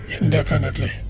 indefinitely